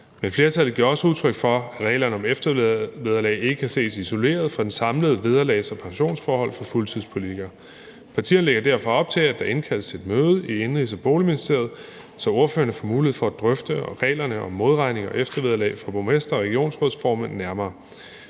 Men flertallet giver også udtryk for, at reglerne om eftervederlag ikke kan ses isoleret fra de samlede vederlags- og pensionsforhold for fuldtidspolitikere. Partierne lægger derfor op til, at der indkaldes til et møde i Indenrigs- og Boligministeriet, så ordførerne får mulighed for at drøfte reglerne om modregning og eftervederlag for borgmestre og regionsrådsformænd nærmere.